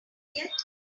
yet